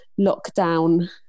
lockdown